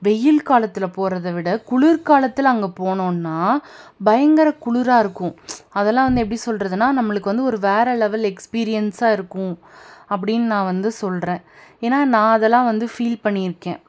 வெயில் காலத்தில் போகிறத விட குளிர் காலத்தில் அங்கே போனோன்னால் பயங்கர குளிரா இருக்கும் அதெல்லாம் வந்து எப்படி சொல்கிறதுன்னா நம்மளுக்கு வந்து வேறே லெவல் எக்ஸ்பீரியன்ஸாக இருக்கும் அப்படின்னு நான் வந்து சொல்கிறேன் ஏன்னா நான் அதெல்லாம் வந்து ஃபீல் பண்ணியிருக்கேன்